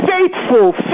faithful